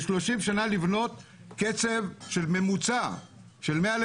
ב-30 שנה לבנות קצב של ממוצע של 100,000